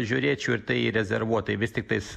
žiūrėčiau ir tai rezervuotai vis tiktais